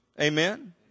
Amen